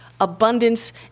abundance